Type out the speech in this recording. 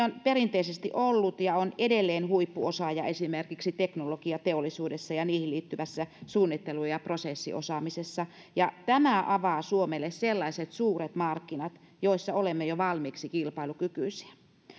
on perinteisesti ollut ja on edelleen huippuosaaja esimerkiksi teknologiateollisuudessa ja siihen liittyvässä suunnittelu ja ja prosessiosaamisessa ja tämä avaa suomelle sellaiset suuret markkinat joilla olemme jo valmiiksi kilpailukykyisiä